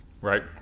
Right